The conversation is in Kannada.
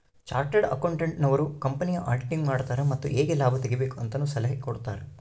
ಚಾರ್ಟೆಡ್ ಅಕೌಂಟೆಂಟ್ ನವರು ಕಂಪನಿಯ ಆಡಿಟಿಂಗ್ ಮಾಡುತಾರೆ ಮತ್ತು ಹೇಗೆ ಲಾಭ ತೆಗಿಬೇಕು ಅಂತನು ಸಲಹೆ ಕೊಡುತಾರೆ